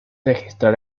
registrar